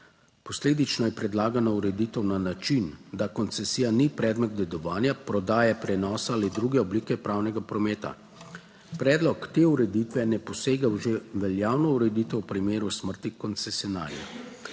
Posledično je predlagana ureditev na način, da koncesija ni predmet dedovanja, prodaje, prenosa ali druge oblike pravnega prometa. Predlog te ureditve ne posega v že veljavno ureditev v primeru smrti koncesionarja.